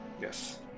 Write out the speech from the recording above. Yes